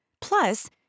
Plus